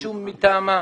מישהו מטעמה.